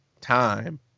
time